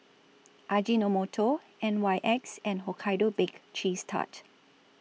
Ajinomoto N Y X and Hokkaido Baked Cheese Tart